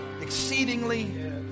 exceedingly